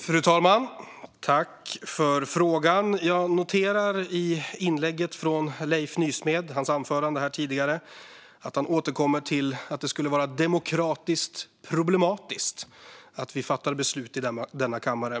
Fru talman! Jag noterar att Leif Nysmed i sitt anförande här tidigare återkom till att det skulle vara demokratiskt problematiskt att vi fattar beslut i denna kammare.